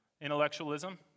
intellectualism